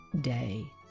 day